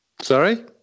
Sorry